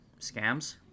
scams